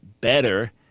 better